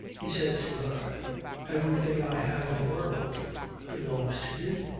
he said to her everything i have in the world belongs to you.